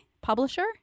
publisher